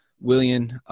William